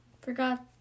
forgot